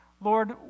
Lord